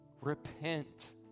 Repent